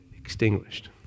extinguished